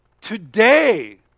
Today